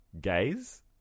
Gays